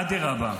אדרבה,